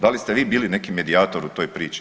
Da li ste vi bili neki medijator u toj priči?